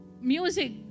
music